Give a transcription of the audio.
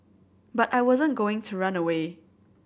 but I wasn't going to run away